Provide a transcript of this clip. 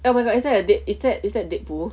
oh my god is that a dead is that is that dead pool